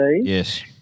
Yes